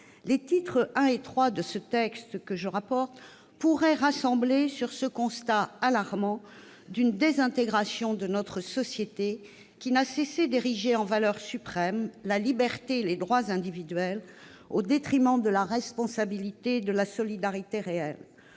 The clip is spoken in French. Les titres I et III de ce texte, que je suis chargée de rapporter, pourraient rassembler, autour de ce constat alarmant d'une désintégration de notre société, laquelle n'a cessé d'ériger en valeurs suprêmes la liberté et les droits individuels, au détriment de la responsabilité et de la solidarité réelle.